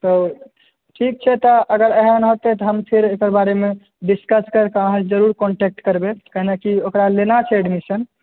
तऽ ठीक छै तऽ अगर एहन हेतै तऽ हम फेर एकर बारेमे डिस्कस करि कऽ अहाँकेॅं जरूर कॉन्टेक्ट करबै केना कि ओकरा लेना छै एडमिसन